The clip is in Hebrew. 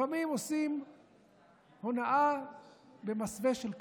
לפעמים עושים הונאה במסווה של קדושה.